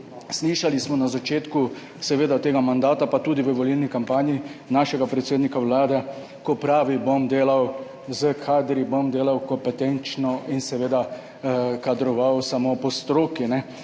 Slišali smo na začetku tega mandata, pa tudi v volilni kampanji, našega predsednika Vlade, ko pravi, bom delal s kadri, bom delal kompetenčno in kadroval samo po stroki.